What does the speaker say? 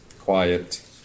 quiet